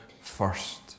first